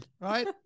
right